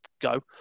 go